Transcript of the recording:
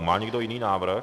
Má někdo jiný návrh?